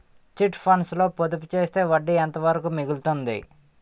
Chit funds లో పొదుపు చేస్తే వడ్డీ ఎంత వరకు మిగులుతుంది?